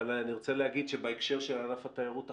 אבל אני רוצה להגיד שבהקשר של ענף התיירות עכשיו,